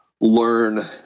learn